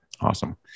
Awesome